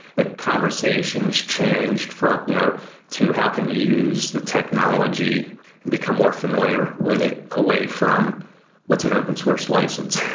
the conversations changed you know to how can you use the technology and become more familiar with it away from what's an open source license,